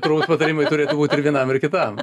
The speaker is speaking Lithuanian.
turbūt patarimai turėtų būt ir vienam ir kitam